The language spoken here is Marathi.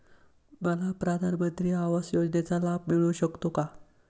मला प्रधानमंत्री आवास योजनेचा लाभ मिळू शकतो का?